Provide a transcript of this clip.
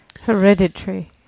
Hereditary